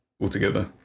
altogether